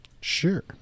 Sure